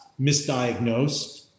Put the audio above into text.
misdiagnosed